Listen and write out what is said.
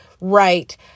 right